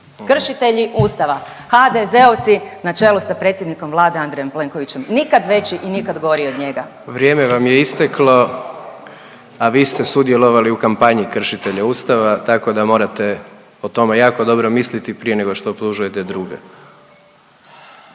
Kršitelji Ustava, HDZ-ovci na čelu sa predsjednikom Vlade Andrejom Plenkovićem, nikad veći i nikad gori od njega. **Jandroković, Gordan (HDZ)** Vrijeme vam je isteklo, a vi ste sudjelovali u kampanji kršitelja Ustava, tako da morate o tome jako dobro misliti prije nego što optužujete druge.